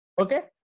okay